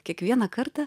kiekvieną kartą